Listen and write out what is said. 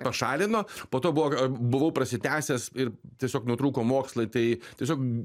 pašalino po to buvo buvau prasitęsęs ir tiesiog nutrūko mokslai tai tiesiog